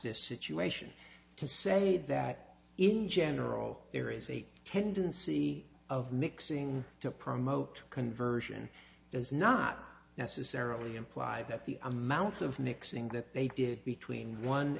the situation to say that in general there is a tendency of mixing to promote conversion does not necessarily imply that the amount of mixing that they did between one